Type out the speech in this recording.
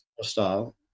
style